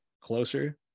closer